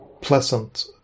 pleasant